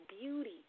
beauty